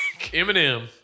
Eminem